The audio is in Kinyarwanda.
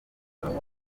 rwanda